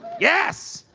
yes.